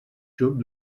xup